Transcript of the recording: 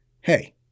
hey